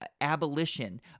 abolition